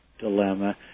dilemma